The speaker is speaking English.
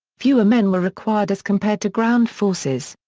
fewer men were required as compared to ground forces.